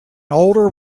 older